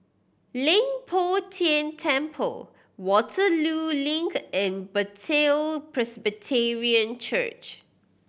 Leng Poh Tian Temple Waterloo Link and Bethel Presbyterian Church